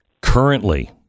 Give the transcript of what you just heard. Currently